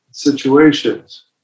Situations